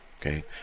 Okay